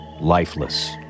lifeless